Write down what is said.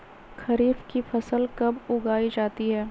खरीफ की फसल कब उगाई जाती है?